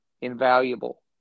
invaluable